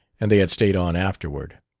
and they had stayed on afterward.